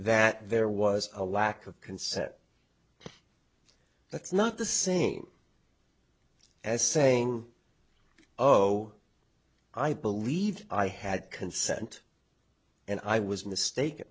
that there was a lack of consent that's not the same as saying oh i believed i had consent and i was mistaken